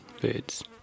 birds